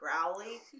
growly